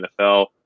NFL